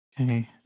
Okay